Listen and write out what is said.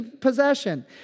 possession